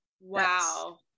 wow